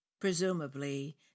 Presumably